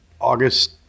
August